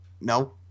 No